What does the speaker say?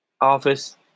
office